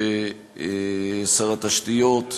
שר התשתיות,